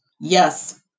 Yes